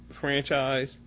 franchise